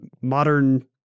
modern